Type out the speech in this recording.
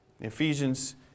Ephesians